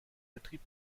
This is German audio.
betrieb